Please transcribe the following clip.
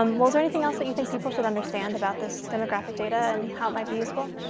um well, is there anything else that you think people should understand about this demographic data and how it might be useful?